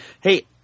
Hey